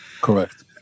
Correct